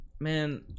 man